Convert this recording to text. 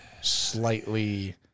slightly